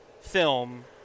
film